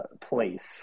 place